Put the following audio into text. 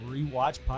Rewatch